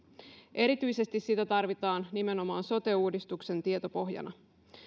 erityisesti sitä tarvitaan nimenomaan sote uudistuksen tietopohjana